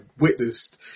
witnessed